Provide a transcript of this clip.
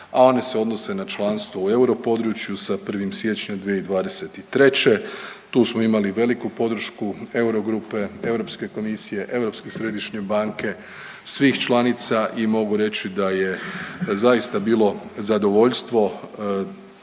a one se odnose na članstvo u euro području sa 1. siječnjem 2023. Tu smo imali veliku podršku euro grupe, Europske komisije, Europske središnje banke, svih članica i mogu reći da je zaista bilo zadovoljstvo